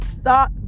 Stop